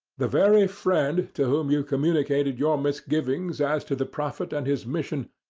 the very friend to whom you communicated your misgivings as to the prophet and his mission,